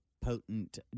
potent